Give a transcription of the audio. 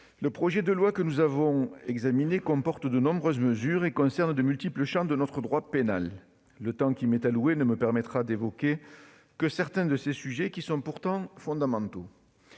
le projet de loi que nous examinons comporte de nombreuses mesures et concerne de multiples champs de notre droit pénal. Le temps qui m'est alloué ne me permettra d'évoquer que certains de ces sujets, pourtant fondamentaux.